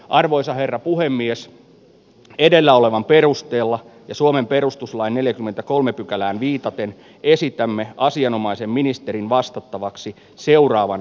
arvoisa herra puhemies edellä olevan perusteella suomen perustuslain neljäkymmentäkolme pykälään viitaten esitämme asianomaisen ministerin vastattavaksi seuraavan